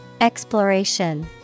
Exploration